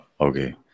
Okay